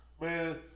man